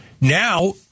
Now